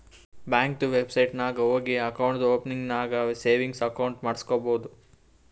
ಬ್ಯಾಂಕ್ದು ವೆಬ್ಸೈಟ್ ನಾಗ್ ಹೋಗಿ ಅಕೌಂಟ್ ಓಪನಿಂಗ್ ನಾಗ್ ಸೇವಿಂಗ್ಸ್ ಅಕೌಂಟ್ ಮಾಡುಸ್ಕೊಬೋದು